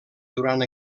durant